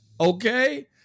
Okay